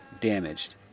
Damaged